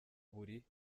buri